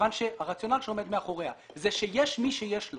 מכיוון שהרציונל שעומד מאחוריה הוא שיש מי שיש לו